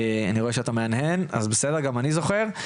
אני רואה שאתה מהנהן אז זה בסדר, גם אני זוכר.